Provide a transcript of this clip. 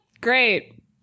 Great